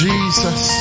Jesus